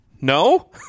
No